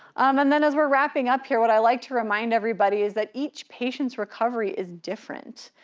um and then as we're wrapping up here, what i like to remind everybody is that each patient's recovery is different.